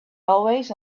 always